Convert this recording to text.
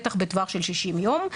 בטח בטווח של 60 יום,